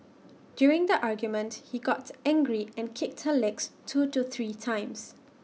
during the argument he got angry and kicked her legs two to three times